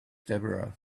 deborah